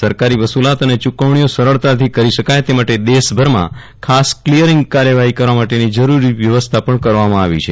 સરકારી વસૂલાત અને ચુકવણીઓ સરળતાથી કરી શકાય તે માટે દેશભરમાં ખાસ ક્લીયરીંગ કાર્યવાહી કરવા માટેની જરૂરી વ્યવસ્થા પણ કરવામાં આવી છે